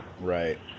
Right